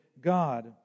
God